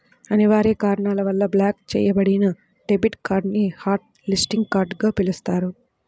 అనివార్య కారణాల వల్ల బ్లాక్ చెయ్యబడిన డెబిట్ కార్డ్ ని హాట్ లిస్టింగ్ కార్డ్ గా పిలుస్తారు